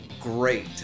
great